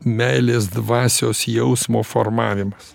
meilės dvasios jausmo formavimas